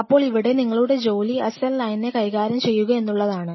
അപ്പോൾ ഇവിടെ നിങ്ങളുടെ ജോലി ആ സെൽ ലൈനിനെ കൈകാര്യം ചെയ്യുക എന്നുള്ളതാണ്